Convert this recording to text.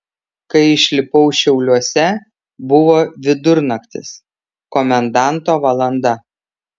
kai išlipau šiauliuose buvo vidurnaktis komendanto valanda